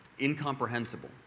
incomprehensible